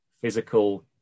physical